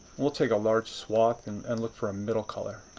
we'll take a large swath and and look for a middle color